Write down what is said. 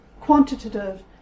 quantitative